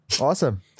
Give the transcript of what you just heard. Awesome